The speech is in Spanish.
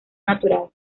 natural